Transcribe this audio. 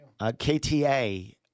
KTA